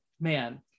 man